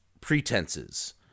pretenses